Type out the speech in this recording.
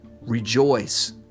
Rejoice